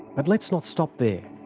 but let's not stop there.